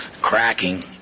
cracking